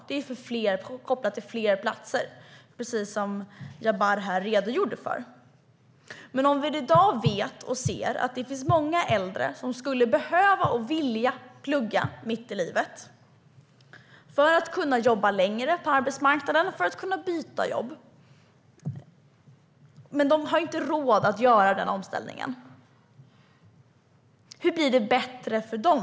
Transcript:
Det är kopplat till fler platser, precis som Jabar här redogjorde för. I dag vet och ser vi att det finns många äldre som skulle behöva och vilja plugga mitt i livet för att kunna jobba längre på arbetsmarknaden och för att kunna byta jobb, men de har inte råd att göra denna omställning. Hur blir det bättre för dem?